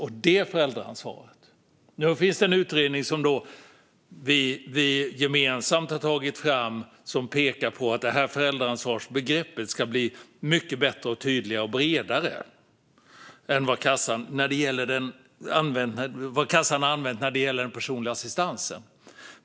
Nu finns en utredning som vi gemensamt har tagit fram och som pekar på att föräldraansvarsbegreppet ska bli mycket bättre, tydligare och bredare än det kassan har använt när det gäller den personliga assistansen.